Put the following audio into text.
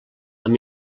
amb